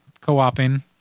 co-oping